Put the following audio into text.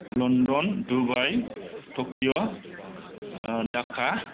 London Dubai Tokyo Dhaka